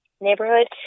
neighborhood